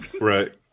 Right